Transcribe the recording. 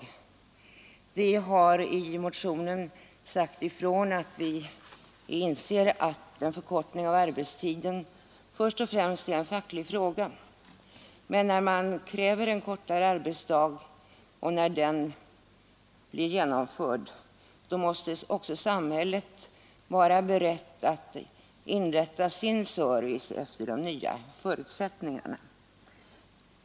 Vi har i motionen sagt ifrån att vi inser att en förkortning av arbetstiden först och främst är en facklig fråga, men när kraven på en kortare arbetsdag tillmötesgås måste samhället också vara berett att inrätta sin service efter de nya förutsättningarna.